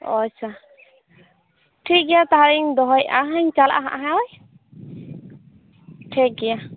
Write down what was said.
ᱚ ᱟᱪᱪᱷᱟ ᱴᱷᱤᱠᱜᱮᱭᱟ ᱛᱟᱦᱚᱞᱮᱧ ᱫᱚᱦᱚᱭᱮᱫᱼᱟ ᱦᱮᱸᱧ ᱪᱟᱞᱟᱜᱼᱟ ᱦᱮᱸᱜ ᱦᱮᱸ ᱴᱷᱤᱠᱜᱮᱭᱟ